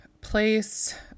place